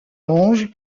ange